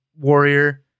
warrior